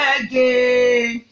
again